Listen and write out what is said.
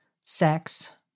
sex